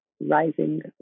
rising